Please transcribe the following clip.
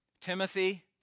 Timothy